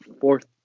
fourth